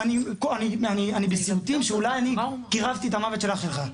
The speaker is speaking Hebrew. אני בסיוטים שאולי אני קירבתי את המוות של אח שלך.